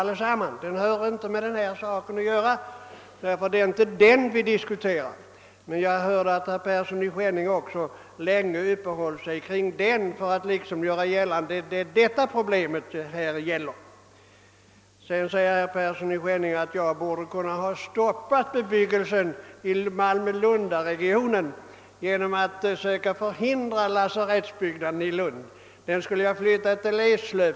Det är inte de yrkandena vi nu diskuterar; de har inte med denna fråga att göra. Även herr Persson i Skänninge uppehöll sig emellertid kring dem för att ge sken av att det är de kraven det här handlar om. Sedan sade också herr Persson i Skänninge att jag borde ha kunnat medverka till att förhindra att lasarettsbyggnaden i Malmö-Lundregionen förlades till Lund; den borde ha flyttats till Eslöv.